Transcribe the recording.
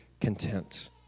content